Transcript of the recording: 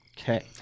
Okay